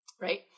right